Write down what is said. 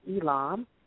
ELAM